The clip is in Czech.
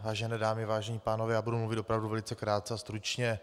Vážené dámy, vážení pánové, budu mluvit opravdu velice krátce a stručně.